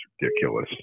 ridiculous